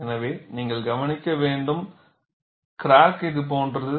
எனவே நீங்கள் கவனிக்க வேண்டும் கிராக் இது போன்றது